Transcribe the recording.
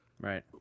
Right